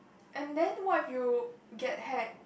and then why you get hack